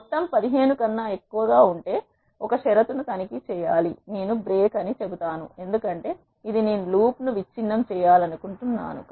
మొత్తం 15 కన్నా ఎక్కువ ఉంటే నేను ఒక షరతు ను తనిఖీ చేయాలి నేను బ్రేక్ అని చెపుతాను ఎందుకంటే ఇది నేను లూప్ ను విచ్ఛిన్నం చేయాలనుకుంటున్నాను